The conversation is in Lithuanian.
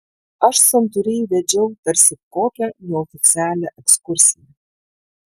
aš santūriai vedžiau tarsi kokią neoficialią ekskursiją